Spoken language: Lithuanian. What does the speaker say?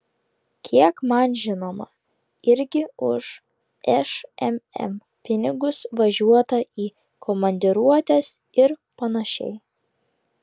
kiek man žinoma irgi už šmm pinigus važiuota į komandiruotes ir panašiai